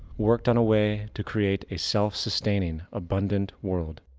worked on a way to create a self-sustaining abundant world.